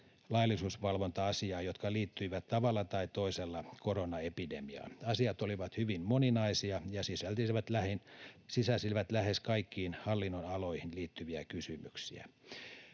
laillisuusvalvonta-asiaa, jotka liittyivät tavalla tai toisella koronaepidemiaan. Asiat olivat hyvin moninaisia ja sisälsivät lähes kaikkiin hallinnonaloihin liittyviä kysymyksiä.